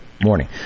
morning